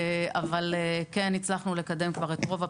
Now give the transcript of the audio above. אבל כן הצלחנו לקדם כבר את רוב הפרטים.